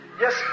Yes